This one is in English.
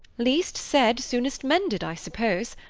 least said, soonest mended, i suppose.